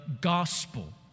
gospel